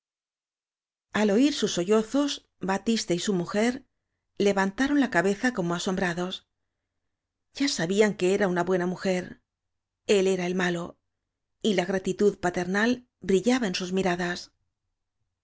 al oir sus sollozos batiste y su mujer levantaron la cabeza como asombrados ya sabían que era una buena mujer él era el malo y la gratitud paternal brillaba en sus miradas